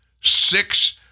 Six